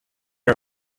are